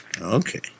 Okay